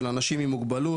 של אנשים עם מוגבלות,